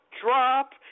drop